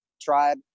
tribe